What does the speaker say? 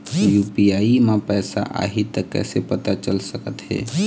UPI म पैसा आही त कइसे पता चल सकत हे?